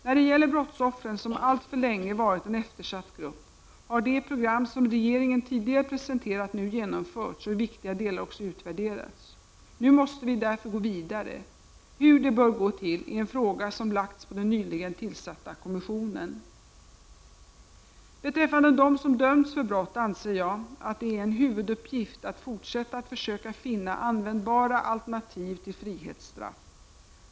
När det gäller brottsoffren, som alltför länge varit en eftersatt grupp, har det program som regeringen tidigare presenterat nu genomförts och i viktiga delar också utvärderats. Nu måste vi därför gå vidare. Hur det bör gå till är en fråga som lagts på den nyligen tillsatta kommissionen. Beträffande dem som döms för brott anser jag att det är en huvuduppgift att fortsätta att försöka finna användbara alternativ till frihetsstraff.